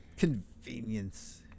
convenience